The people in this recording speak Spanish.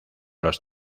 los